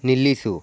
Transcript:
ನಿಲ್ಲಿಸು